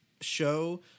show